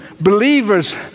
believers